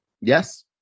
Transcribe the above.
Yes